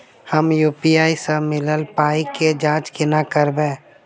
हम यु.पी.आई सअ मिलल पाई केँ जाँच केना करबै?